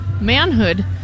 manhood